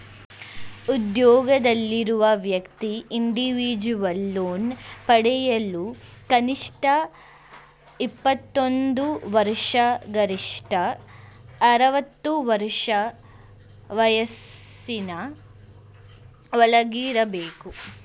ಉದ್ಯೋಗದಲ್ಲಿರುವ ವ್ಯಕ್ತಿ individual loan ಪಡೆಯಲು ಕನಿಷ್ಠ ಇಪ್ಪತ್ತೊಂದು ವರ್ಷ ಗರಿಷ್ಠ ಅರವತ್ತು ವರ್ಷ ವಯಸ್ಸಿನ ಒಳಗಿರಬೇಕು